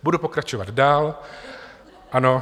Budu pokračovat dál, ano.